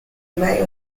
may